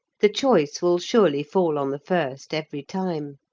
the choice will surely fall on the first every time.